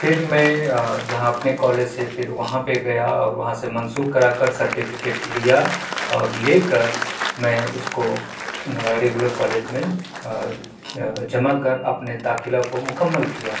پھر میں یہاں اپنے کالج سے پھر وہاں پہ گیا اور وہاں سے منسوخ کرا کر سرٹیفکیٹ لیا اور لے کر میں اس کو ریگولر کالج میں جمع کر اپنے داخلہ کو مکمل کیا